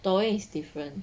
抖音 is different